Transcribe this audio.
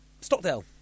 Stockdale